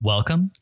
Welcome